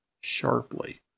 sharply